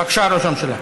בבקשה, ראש הממשלה.